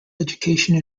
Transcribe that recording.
education